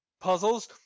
puzzles